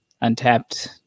Untapped